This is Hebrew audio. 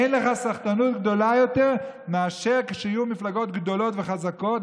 אין לך סחטנות גדולה יותר מאשר שיהיו מפלגות גדולים וחזקות,